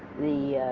the